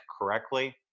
correctly